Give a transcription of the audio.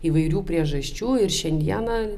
įvairių priežasčių ir šiandieną